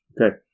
Okay